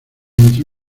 entre